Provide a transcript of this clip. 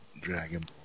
Dragon